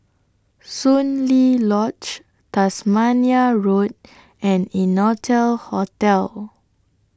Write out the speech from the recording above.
Soon Lee Lodge Tasmania Road and Innotel Hotel